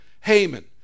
Haman